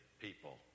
people